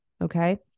Okay